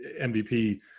MVP